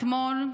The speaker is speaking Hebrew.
אתמול,